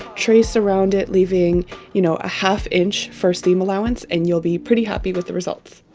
trace around it leaving you know a half inch for steam allowance and you'll be pretty happy with the results,